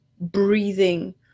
breathing